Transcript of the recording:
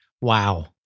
Wow